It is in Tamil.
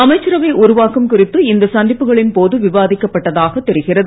அமைச்சரவை உருவாக்கம் குறித்து இந்த சந்திப்புகளின் போது விவாதிக்கப்பட்டதாக தெரிகிறது